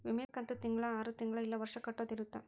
ವಿಮೆ ಕಂತು ತಿಂಗಳ ಆರು ತಿಂಗಳ ಇಲ್ಲ ವರ್ಷ ಕಟ್ಟೋದ ಇರುತ್ತ